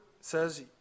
says